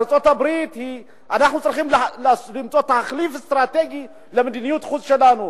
אנחנו צריכים למצוא תחליף אסטרטגי למדיניות החוץ שלנו.